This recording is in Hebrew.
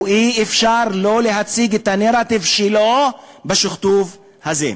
ואי-אפשר שלא להציג את הנרטיב שלו בשכתוב הזה.